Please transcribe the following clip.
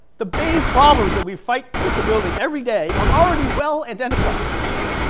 the big problems that we fight with the building every day are already well identified, okay.